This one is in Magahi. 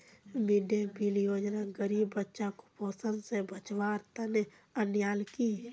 मिड डे मील योजना गरीब बच्चाक कुपोषण स बचव्वार तने अन्याल कि